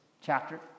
chapter